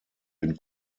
den